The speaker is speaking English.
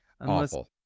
Awful